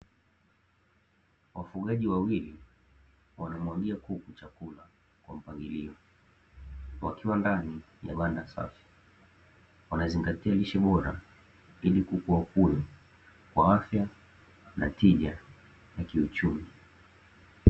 Wafugaji wawili wanamwagia kuku chakula kwa mpangilio wakiwa ndani ya banda safi. Wanazingatia lishe bora ili kuku wakue kwa afya na tija ya kiuchumi.